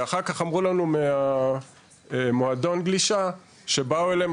ואחר כך אמרו לנו ממועדון הגלישה שבאו אליהם